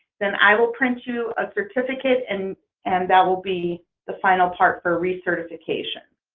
then, i will print you a certificate and and that will be the final part for recertification.